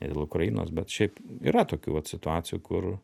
ne dėl ukrainos bet šiaip yra tokių vat situacijų kur